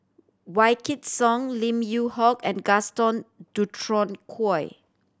Wykidd Song Lim Yew Hock and Gaston Dutronquoy